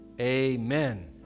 amen